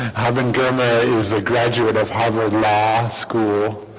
hungama is a graduate of harvard school